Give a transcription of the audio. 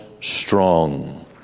strong